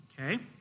okay